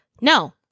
No